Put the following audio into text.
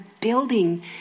building